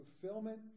fulfillment